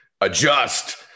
adjust